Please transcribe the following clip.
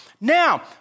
Now